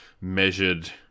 measured